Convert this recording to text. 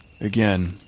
Again